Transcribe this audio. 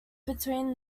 between